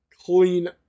clean